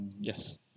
Yes